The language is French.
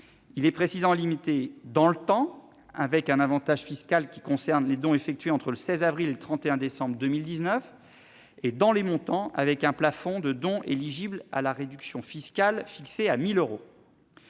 Il est précisément limité, dans le temps, puisque cet avantage fiscal ne concerne que les dons effectués entre le 16 avril et le 31 décembre 2019, et dans les montants, puisque le plafond de don éligible à la réduction fiscale est fixé à 1 000 euros.